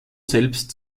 selbst